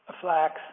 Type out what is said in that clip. flax